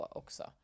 också